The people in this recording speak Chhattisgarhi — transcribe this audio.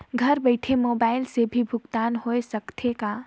घर बइठे मोबाईल से भी भुगतान होय सकथे का?